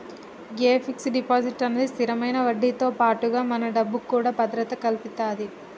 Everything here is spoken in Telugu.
గే ఫిక్స్ డిపాజిట్ అన్నది స్థిరమైన వడ్డీతో పాటుగా మన డబ్బుకు కూడా భద్రత కల్పితది